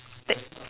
like